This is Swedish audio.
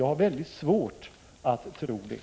Jag har mycket svårt att tro det.